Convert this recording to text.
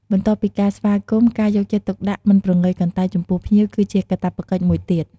បន្ទាប់ពីការស្វាគមន៍ ការយកចិត្តទុកដាក់ មិនប្រងើយកន្តើយ ចំពោះភ្ញៀវគឺជាកាតព្វកិច្ចមួយទៀត។